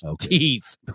Teeth